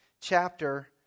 chapter